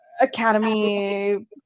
Academy